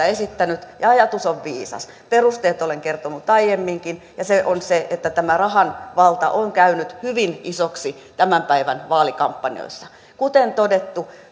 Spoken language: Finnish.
esittänyt ja ajatus on viisas perusteet olen kertonut aiemminkin ja ne ovat että tämä rahan valta on käynyt hyvin isoksi tämän päivän vaalikampanjoissa kuten todettu